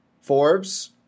Forbes